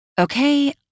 Okay